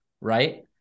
right